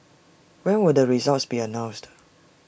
when will the results be announced